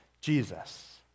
Jesus